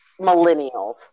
Millennials